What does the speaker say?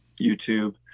YouTube